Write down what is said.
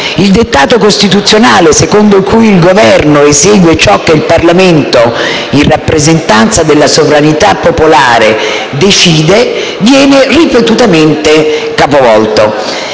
Il dettato costituzionale secondo cui il Governo esegue ciò che il Parlamento, in rappresentanza della sovranità popolare, decide viene ripetutamente capovolto.